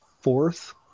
fourth